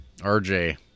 RJ